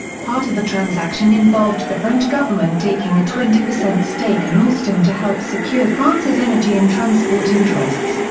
part of the transaction involved the french government taking a twenty percent stake in alstom to help secure france's energy and transport interests,